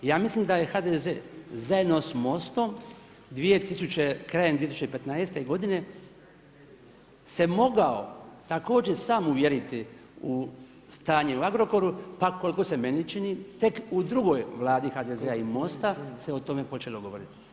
Ja mislim da je HDZ, zajedno s MOST-om krajem 2015. godine se mogao također sam uvjeriti u stanje u Agrokoru, pa koliko se meni čini, tek u drugoj Vladi HDZ-a se o tome počelo govorit.